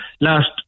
last